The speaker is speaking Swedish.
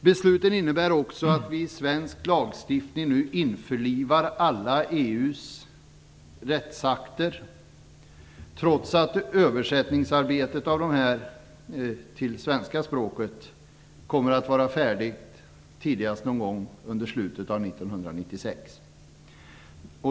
Besluten innebär också att vi i svensk lagstiftning nu införlivar alla EU:s rättsakter, trots att översättningen av dem till svenska kommer att vara färdig tidigast någon gång under slutet av 1996.